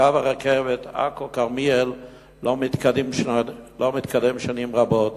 קו הרכבת עכו כרמיאל לא מתקדם שנים רבות,